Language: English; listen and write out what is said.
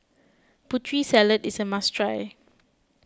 Putri Salad is a must try